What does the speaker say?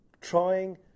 Trying